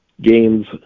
games